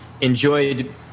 enjoyed